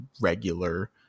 regular